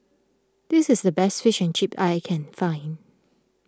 this is the best Fish and Chips that I can find